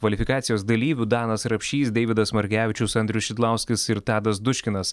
kvalifikacijos dalyvių danas rapšys deividas margevičius andrius šidlauskis ir tadas duškinas